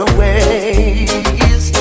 ways